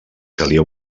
calia